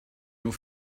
nos